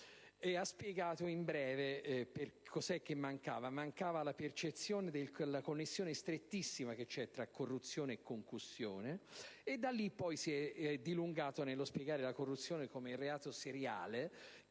spiegato in breve che mancava la percezione della connessione strettissima che c'è tra corruzione e concussione. Da lì si è poi dilungato a spiegare la corruzione come reato seriale,